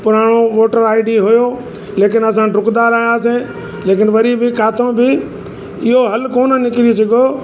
पुराणो voter ID हुओ लेकिन असां डुकंदा रहियासीं लेकिन वरी बि किथां बि इहो हल कोन निकिरी सघो